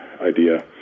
idea